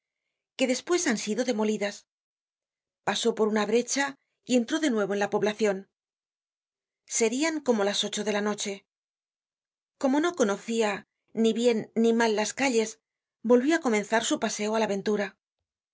que desr pues han sido demolidas pasó por una brecha y entró de nuevo en la poblacion content from google book search generated at serian como las ocho de la noche como no conocia ni bien ni mal las calles volvió á comenzar su paseo á la ventura